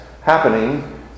happening